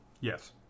Yes